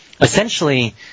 essentially